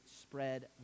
spread